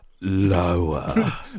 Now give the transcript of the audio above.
Lower